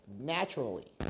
naturally